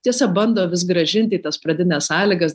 tiesa bando vis grąžint į tas pradines sąlygas